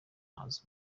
haza